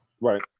Right